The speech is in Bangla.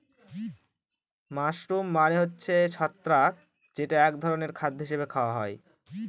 মাশরুম মানে হচ্ছে ছত্রাক যেটা এক ধরনের খাদ্য হিসাবে খাওয়া হয়